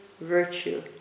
virtue